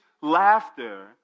laughter